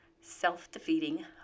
self-defeating